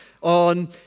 on